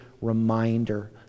reminder